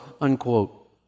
unquote